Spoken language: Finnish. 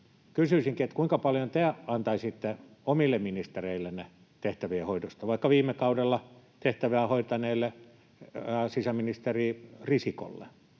Kysyisinkin, kuinka paljon te antaisitte omille ministereillenne tehtävien hoidosta, vaikka viime kaudella tehtävää hoitaneelle sisäministeri Risikolle